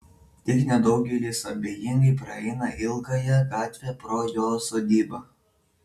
tik nedaugelis abejingai praeina ilgąja gatve pro jo sodybą